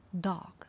dog